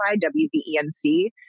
W-B-E-N-C